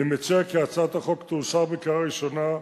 אני מציע כי הצעת החוק תאושר בקריאה ראשונה,